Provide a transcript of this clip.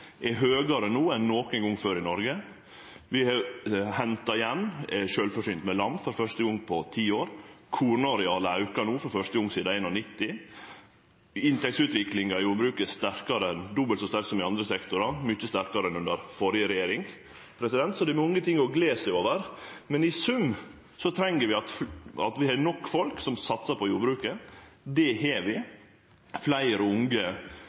er høgare no enn nokon gong før i Noreg – vi har henta igjen og er sjølvforsynte med lam for fyrste gong på ti år. Kornarealet aukar no for fyrste gong sidan 1991. Inntektsutviklinga i jordbruket er sterkare – dobbelt så sterk som i andre sektorar, og mykje sterkare enn under den førre regjeringa. Så det er mange ting å gle seg over. I sum treng vi at vi har nok folk som satsar på jordbruket. Det har vi. Fleire unge